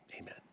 amen